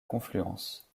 confluence